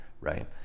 right